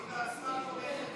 היא בעצמה תומכת טרור,